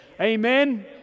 Amen